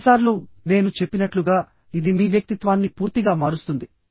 కొన్నిసార్లు నేను చెప్పినట్లుగా ఇది మీ వ్యక్తిత్వాన్ని పూర్తిగా మారుస్తుంది